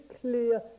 clear